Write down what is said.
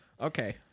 Okay